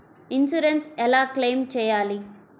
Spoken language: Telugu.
ఇన్సూరెన్స్ ఎలా క్లెయిమ్ చేయాలి?